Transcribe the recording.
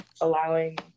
allowing